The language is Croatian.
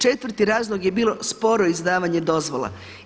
Četvrti razlog je bilo sporo izdavanje dozvola.